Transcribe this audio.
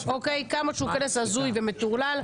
כמה שהוא כנס הזוי ומטורלל,